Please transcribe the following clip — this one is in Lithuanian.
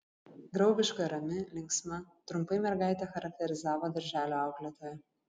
draugiška rami linksma trumpai mergaitę charakterizavo darželio auklėtoja